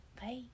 Bye